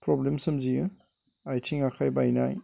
problem सोमजियो आथिं आखाइ बायनाय